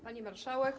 Pani Marszałek!